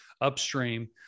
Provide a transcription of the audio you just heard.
upstream